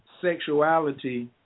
sexuality